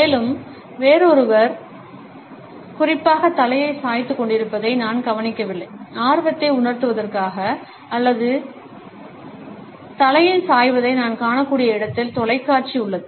மேலும் வேறொருவர் குறிப்பாக தலையை சாய்த்துக் கொண்டிருப்பதை நான் கவனிக்கவில்லை ஆர்வத்தை உயர்த்துவதற்காக அல்ல ஆனால் தலையில் சாய்வதை நாம் காணக்கூடிய இடத்தில் தொலைக்காட்சி உள்ளது